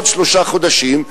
אחרי עוד שלושה חודשים,